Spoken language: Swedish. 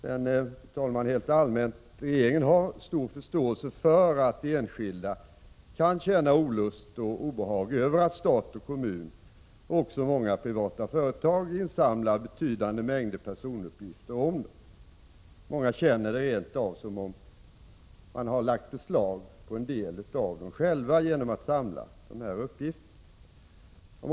Sedan vill jag, fru talman, rent allmänt säga att regeringen har stor förståelse för att enskilda personer kan känna olust och obehag över att stat och kommun liksom också många privata företag insamlar betydande mängder personuppgifter om dem. Många känner det rent av som om man lagt beslag på en del av dem själva genom att samla dessa uppgifter.